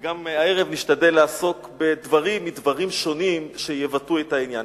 וגם הערב נשתדל לעסוק בדברים מדברים שונים שיבטאו את העניין.